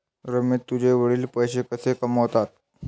रमेश तुझे वडील पैसे कसे कमावतात?